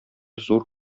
зур